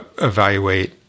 evaluate